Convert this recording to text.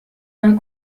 d’un